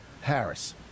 Harris